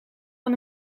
van